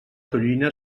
tonyina